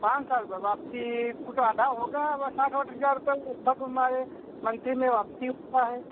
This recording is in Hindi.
पाँच साल बाद वापसी कुछ आधा होगा अब साठ ओठ हजार रुपये लगभग हमारे मंथली में वापसी होता है